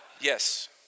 Yes